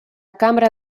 cambra